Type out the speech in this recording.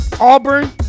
Auburn